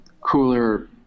cooler